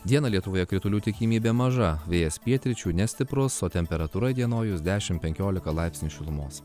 dieną lietuvoje kritulių tikimybė maža vėjas pietryčių nestiprus o temperatūra įdienojus dešimt penkiolika laipsnių šilumos